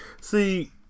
See